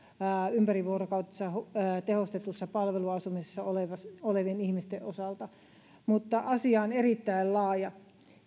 ympärivuorokautisessa tehostetussa palveluasumisessa olevien ihmisten osalta mutta asia on erittäin laaja